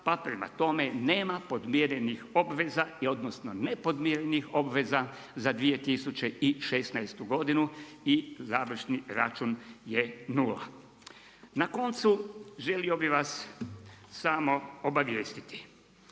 pa prema tome nema podmirenih obveza odnosno nepodmirenih obveza za 2016. godinu i završni račun je nula. Na koncu, želio bi vas samo obavijestiti